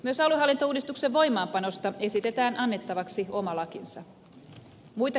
myös aluehallintouudistuksen voimaanpanosta esitetään annettavaksi oma lakinsa